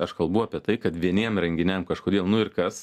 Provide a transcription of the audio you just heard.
aš kalbu apie tai kad vieniem renginiam kažkodėl nu ir kas